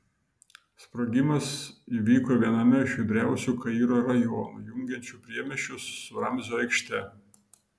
sprogimas įvyko viename iš judriausių kairo rajonų jungiančių priemiesčius su ramzio aikšte